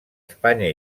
espanya